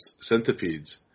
centipedes